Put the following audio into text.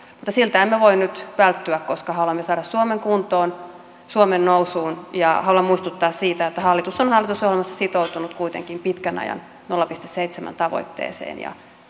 mutta siltä emme voi nyt välttyä koska haluamme saada suomen kuntoon suomen nousuun haluan muistuttaa siitä että hallitus on hallitusohjelmassa sitoutunut kuitenkin pitkän ajan nolla pilkku seitsemän tavoitteeseen ja